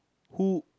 who